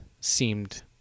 seemed